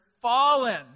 fallen